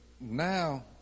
now